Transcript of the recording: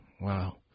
wow